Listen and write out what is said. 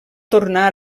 tornar